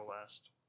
last